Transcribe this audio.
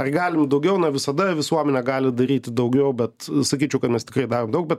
ar galim daugiau na visada visuomenė gali daryti daugiau bet sakyčiau kad mes tikrai darom daug bet